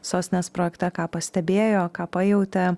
sostinės projekte ką pastebėjo ką pajautė